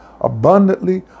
abundantly